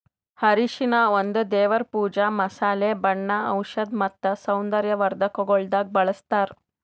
ಅರಿಶಿನ ಒಂದ್ ದೇವರ್ ಪೂಜಾ, ಮಸಾಲೆ, ಬಣ್ಣ, ಔಷಧ್ ಮತ್ತ ಸೌಂದರ್ಯ ವರ್ಧಕಗೊಳ್ದಾಗ್ ಬಳ್ಸತಾರ್